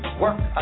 work